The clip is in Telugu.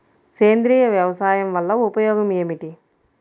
సేంద్రీయ వ్యవసాయం వల్ల ఉపయోగం ఏమిటి?